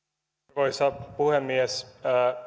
arvoisa puhemies